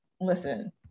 Listen